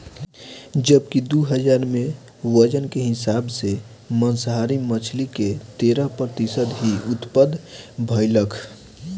जबकि दू हज़ार में ओजन के हिसाब से मांसाहारी मछली के तेरह प्रतिशत ही उत्तपद भईलख